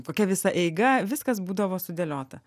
kokia visa eiga viskas būdavo sudėliota